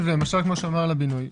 למשל כמו שהוא אמר על הבינוי,